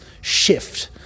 shift